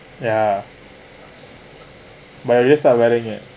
ya but we just wearing it